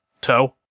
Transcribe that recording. toe